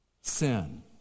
Sin